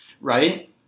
Right